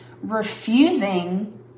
Refusing